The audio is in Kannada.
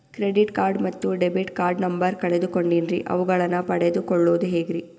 ಕ್ರೆಡಿಟ್ ಕಾರ್ಡ್ ಮತ್ತು ಡೆಬಿಟ್ ಕಾರ್ಡ್ ನಂಬರ್ ಕಳೆದುಕೊಂಡಿನ್ರಿ ಅವುಗಳನ್ನ ಪಡೆದು ಕೊಳ್ಳೋದು ಹೇಗ್ರಿ?